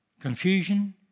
Confusion